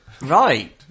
Right